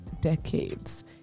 decades